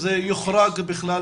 שזה יוחרג בכלל